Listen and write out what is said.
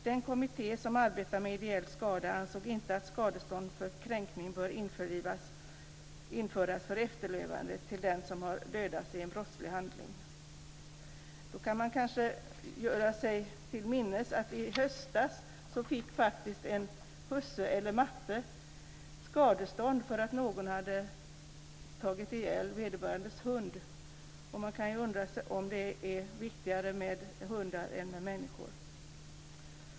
Den kommitté som arbetade med ideell skada ansåg inte att skadestånd för kränkning bör införas för efterlevande till den som dödats genom brottslig handling. Då kan man kanske dra sig till minnes att en husse eller matte i höstas fick skadestånd därför att någon hade haft ihjäl vederbörandes hund. Man kan undra om det är viktigare med hundar än med människor.